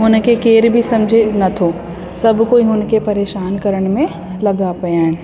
हुन खे केरु बि सम्झे न थो सभु कोई हुन खे परेशान करण में लॻा पिया आहिनि